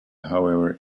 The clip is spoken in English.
however